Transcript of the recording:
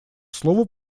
слово